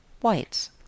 Whites